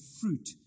fruit